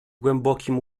głębokim